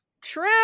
True